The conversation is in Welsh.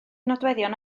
nodweddion